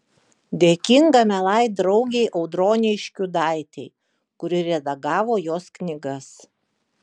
dėkinga mielai draugei audronei škiudaitei kuri redagavo jos knygas